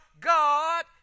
God